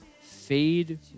Fade